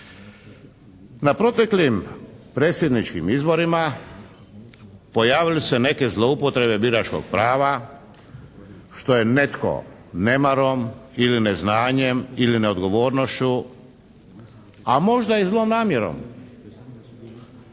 Na proteklim predsjedničkim izborima pojavili su se neke zloupotrebe biračkog prava što je netko nemarom ili neznanjem ili neodgovornošću, a možda i zlom namjerom